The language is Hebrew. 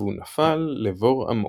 והוא נפל לבור עמוק.".